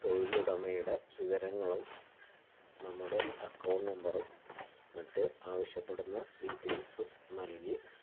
തൊഴിലുടമയുടെ വിവരങ്ങളും നമ്മുടെ അക്കൗണ്ട് നമ്പറും മറ്റ് ആവശ്യപ്പെടുന്ന ഡീറ്റെയിൽസും നൽകി